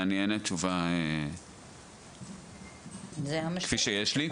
אענה תשובה כפי שיש לי.